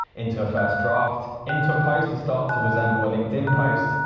into a first draft, into a post that starts to resemble a linkedin post.